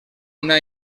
una